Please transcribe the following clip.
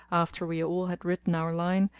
after we all had written our line,